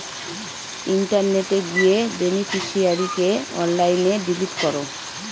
ইন্টারনেটে গিয়ে বেনিফিশিয়ারিকে অনলাইনে ডিলিট করো